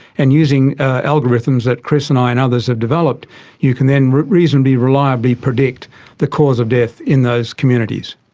and using algorithms that chris and i and others have developed you can then reasonably reliably predict the cause of death in those communities.